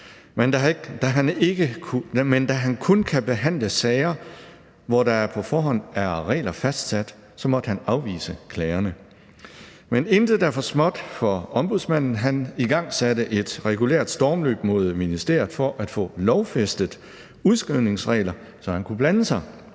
Ombudsmanden kun kan behandle sager, hvor der på forhånd er fastsat regler, måtte man afvise klagerne. Men intet er for småt for Ombudsmanden. Man igangsatte et regulært stormløb mod ministeriet for at få lovfæstet udskrivningsregler, så man kunne blande sig.